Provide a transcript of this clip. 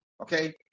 Okay